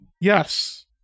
Yes